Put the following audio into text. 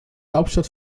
hauptstadt